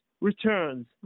returns